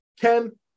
Ken